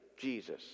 Jesus